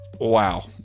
wow